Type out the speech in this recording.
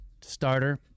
starter